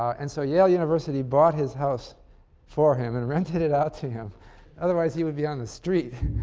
and so yale university bought his house for him and rented it out to him otherwise, he would be on the street.